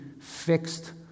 fixed